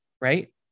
right